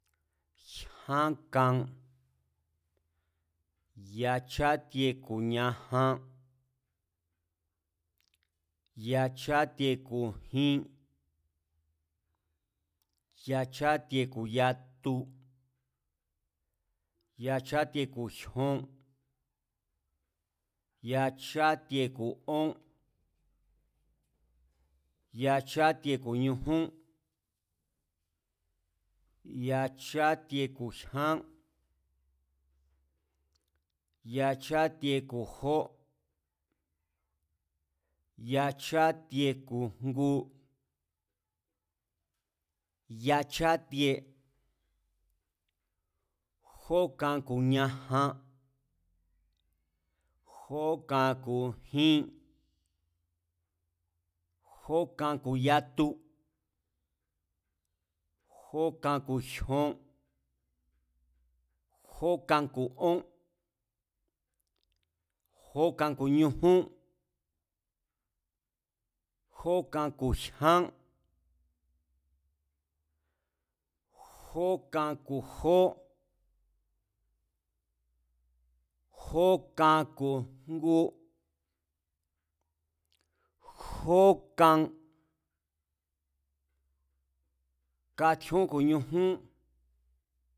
Jyán kan, yachátie ku̱ ñajan, yachátie ku̱ jin, yachátie ku̱ yatu, yachátie ku̱ jyon, yachátie ku̱ ón, yachátie ku̱ ñujún, yachátie ku̱ jyán, yachátie ku̱ jó, yachátie ku̱ jngu, yachátie, jókan ku̱ ñajan, jókan, ku̱ jin, jókan ku̱ yatu, jókan ku̱ jyon, jókan ku̱ ón, jókan ku̱ ñujún, jókan ku̱ jyán, jókan ku̱ jó, jókan ku̱ jngu, jókan, katjíón ku̱ ñujún